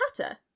hatter